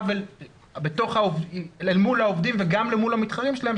אל מול העובדים וגם למול המתחרים שלהם,